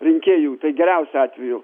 rinkėjų tai geriausiu atveju